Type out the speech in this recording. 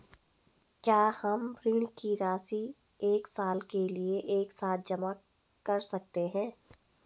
क्या हम ऋण की राशि एक साल के लिए एक साथ जमा कर सकते हैं?